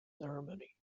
ceremony